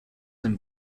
and